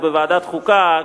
בוועדת החוקה,